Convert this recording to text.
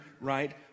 right